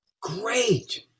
Great